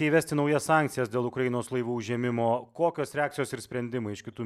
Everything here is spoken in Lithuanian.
įvesti naujas sankcijas dėl ukrainos laivų užėmimo kokios reakcijos ir sprendimai iš kitų